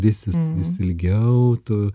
risis vis ilgiau tu